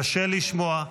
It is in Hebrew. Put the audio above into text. קשה לשמוע.